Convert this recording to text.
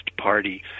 party